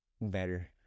Better